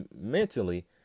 mentally